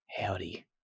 howdy